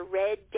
red